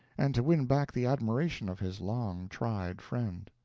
and to win back the admiration of his long-tried friend.